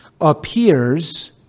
appears